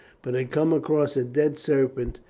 but had come across a dead serpent,